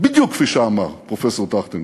בדיוק כפי שאמר, פרופסור טרכטנברג.